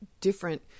different